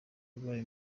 yabaye